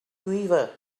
quiver